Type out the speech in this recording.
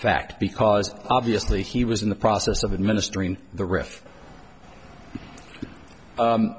fact because obviously he was in the process of administering the